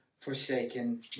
forsaken